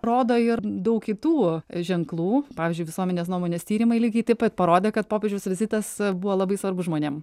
rodo ir daug kitų ženklų pavyzdžiui visuomenės nuomonės tyrimai lygiai taip pat parodė kad popiežiaus vizitas buvo labai svarbus žmonėm